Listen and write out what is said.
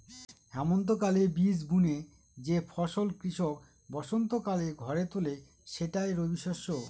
হেমন্তকালে বীজ বুনে যে ফসল কৃষক বসন্তকালে ঘরে তোলে সেটাই রবিশস্য